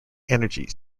energy